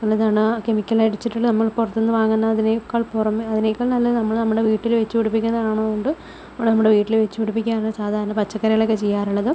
പല തവണ കെമിക്കൽ അടിച്ചിട്ട് നമ്മൾ പുറത്തുനിന്ന് വാങ്ങുന്ന അതിനേക്കാൾ പുറമേ അതിനേക്കാൾ നല്ലത് നമ്മൾ നമ്മുടെ വീട്ടിൽ വച്ചു പിടിപ്പിക്കുന്നത് ആയതുകൊണ്ട് നമ്മൾ നമ്മുടെ വീട്ടില് വച്ചു പിടിപ്പിക്കാറാണ് സാധാരണ പച്ചക്കറികൾ ഒക്കെ ചെയ്യാറുള്ളത്